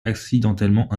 accidentellement